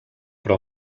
però